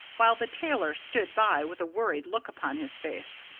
while the tailor stood by with a worried look upon his face.